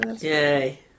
Yay